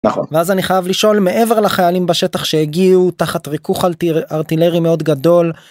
נכון, ואז אני חייב לשאול מעבר לחיילים בשטח שהגיעו תחת ריכוך על תיר ארטילרי מאוד גדול.